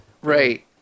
right